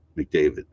McDavid